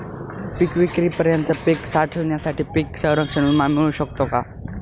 पिकविक्रीपर्यंत पीक साठवणीसाठी पीक संरक्षण विमा मिळू शकतो का?